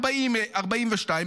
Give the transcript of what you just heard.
42,000,